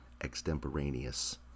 Extemporaneous